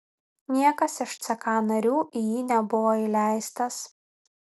niekas iš ck narių į jį nebuvo įleistas